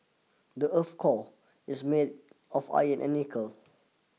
the earth's core is made of iron and nickel